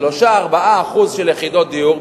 3% 4% של יחידות דיור,